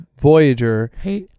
Voyager